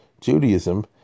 Judaism